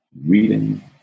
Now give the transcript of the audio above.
Reading